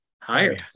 Higher